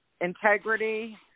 integrity